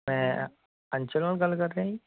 ਮੈਂ ਆਂਚਲ ਨਾਲ ਗੱਲ ਕਰ ਰਿਹਾ ਜੀ